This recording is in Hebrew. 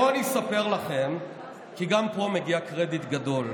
בואו אני אספר לכם, כי גם פה מגיע קרדיט גדול.